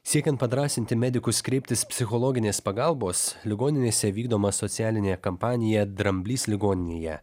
siekiant padrąsinti medikus kreiptis psichologinės pagalbos ligoninėse vykdoma socialinė kampanija dramblys ligoninėje